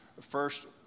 first